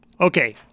Okay